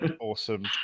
awesome